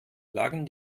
lagen